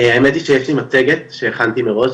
האמת היא שיש לי מצגת שהכנתי מראש,